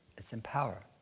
it's empower.